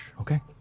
Okay